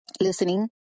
listening